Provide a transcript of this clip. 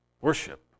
Worship